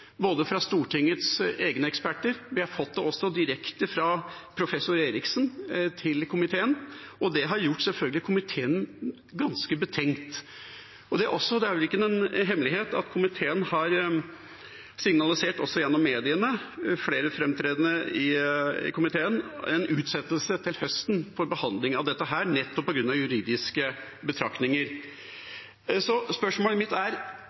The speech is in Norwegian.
både fra Stortingets egne eksperter og direkte fra professor Eriksen. Det har sjølsagt gjort komiteen ganske betenkt. Det er vel ingen hemmelighet at flere framtredende medlemmer i komiteen også gjennom mediene har signalisert en utsettelse av behandlingen av dette til høsten – nettopp på grunn av juridiske betraktninger. Spørsmålet mitt er: